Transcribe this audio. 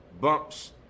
bumps